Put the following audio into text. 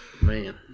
Man